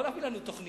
לא להביא תוכניות.